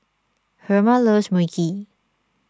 Herma loves Mui Kee